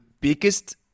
biggest